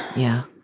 yeah.